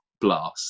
blast